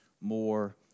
more